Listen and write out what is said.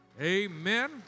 Amen